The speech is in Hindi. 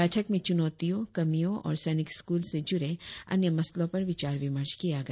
बैठक में चुनौतियों कमियों और सैनिक स्कूल से जुड़े अन्य मसलों पर विचार विमर्श किया गया